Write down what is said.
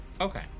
Okay